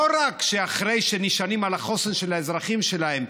לא רק שנשענים על החוסן של האזרחים שלהם,